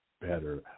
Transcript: better